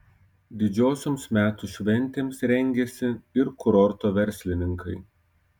didžiosioms metų šventėms rengiasi ir kurorto verslininkai